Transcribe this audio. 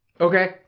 Okay